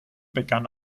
begann